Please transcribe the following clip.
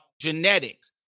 genetics